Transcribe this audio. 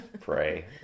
pray